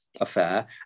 affair